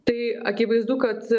tai akivaizdu kad